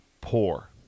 poor